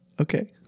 Okay